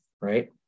right